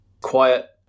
quiet